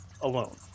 alone